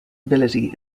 ability